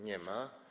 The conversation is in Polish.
Nie ma.